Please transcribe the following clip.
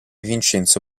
vincenzo